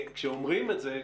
כשאומרים את זה,